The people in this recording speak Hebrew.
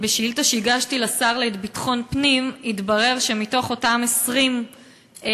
בתשובה על שאילתה שהגשתי לשר לביטחון פנים התברר שאותם 20 כתבי-אישום,